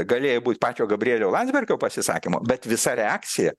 galėjo būti pačio gabrielio landsbergio pasisakymo bet visa reakcija